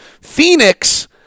Phoenix